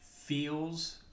feels